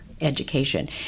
education